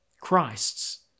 Christ's